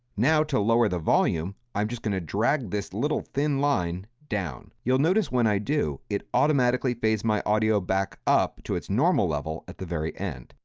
now to lower the volume, i'm just going to drag this little thin line down. you'll notice when i do, it automatically phase my audio back up to its normal level at the very end.